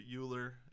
Euler